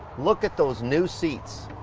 look at those new seats.